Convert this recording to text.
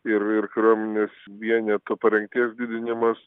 ir ir kariuomenės vieneto parengties didinimas